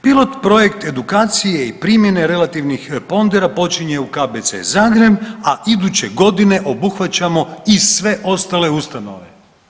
Pilot projekt edukacije i primjene relativnih pondera počinje u KBC Zagreb, a iduće godine obuhvaćamo i sve ostale ustanove.